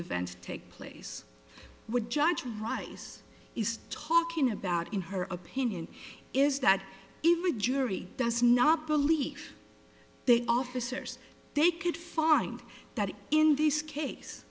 events take place with judge rice is talking about in her opinion is that even the jury does not believe they officers they could find that in this case